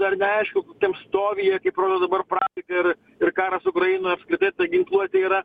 dar neaišku kokiam stovyje kaip rodo praktika ir ir karas ukrainoj apskritai ginkluotė yra